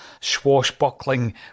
swashbuckling